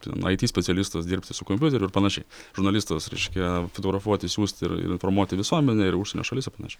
ten it specialistas dirbti su kompiuteriu ir panašiai žurnalistas reiškia fotografuoti siųsti ir ir informuoti visuomenę ir užsienio šalis ir panašiai